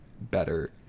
better